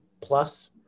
plus